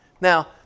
Now